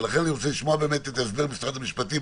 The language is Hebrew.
ולכן אני רוצה לשמוע באמת את הסבר משרד המשפטים,